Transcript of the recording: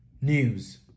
News